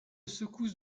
secousse